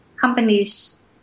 companies